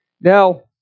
Now